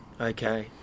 Okay